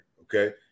okay